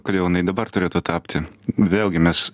kodėl jinai dabar turėtų tapti vėlgi mes